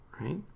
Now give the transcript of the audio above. Right